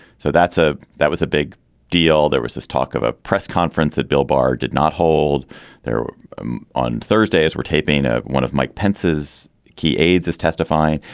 so that's a that was a big deal. there was this talk of a press conference that bill barr did not hold there on thursday as we're taping a one of mike pence's key aides is testifying.